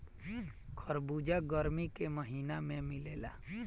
खरबूजा गरमी के महिना में मिलेला